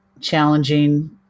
challenging